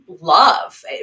love